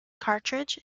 cartridge